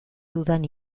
dudan